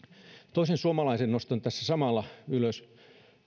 toisen suomalaisen nostan tässä samalla ylös